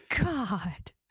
God